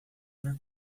ver